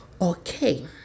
Okay